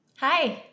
Hi